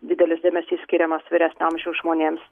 didelis dėmesys skiriamas vyresnio amžiaus žmonėms